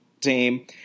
team